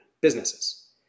businesses